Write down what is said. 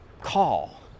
call